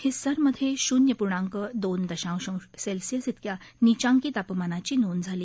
हिस्सारमधे शून्य पूर्णांक दोन दशांश अंश सेल्सियस एवढ्या निचांकी तापमानाची नोंद झाली